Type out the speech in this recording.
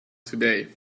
today